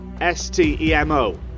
S-T-E-M-O